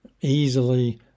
easily